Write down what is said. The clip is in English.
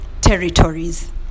territories